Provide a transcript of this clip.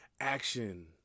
action